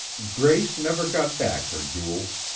grace never got back her jewels.